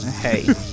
hey